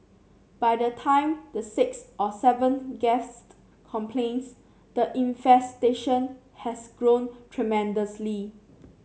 by the time the sixth or seventh guest complains the infestation has grown tremendously